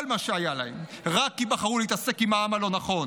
מה שהיה להם רק כי בחרו להתעסק עם העם הלא-נכון.